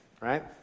right